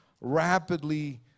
rapidly